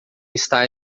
está